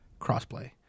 crossplay